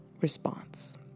response